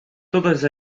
todas